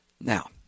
Now